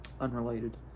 Unrelated